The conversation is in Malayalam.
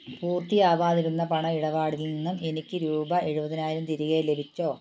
പൂർത്തിയാവാതിരുന്ന പണം ഇടപാടിൽ നിന്നും എനിക്ക് രൂപ എഴുപതിനായിരം തിരികെ ലഭിച്ചോ